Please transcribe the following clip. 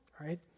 right